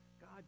God